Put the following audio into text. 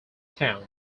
town